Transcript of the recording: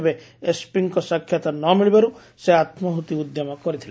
ତେବେ ଏସ୍ପିଙ୍କ ସାକ୍ଷାତ୍ ନ ମିଳିବାରୁ ସେ ଆତ୍କାହୁତି ଉଦ୍ୟମ କରିଥିଲେ